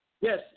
yes